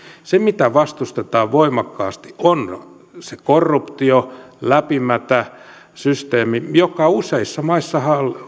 se mitä vastustetaan voimakkaasti on se korruptio läpimätä systeemi joka useissa maissa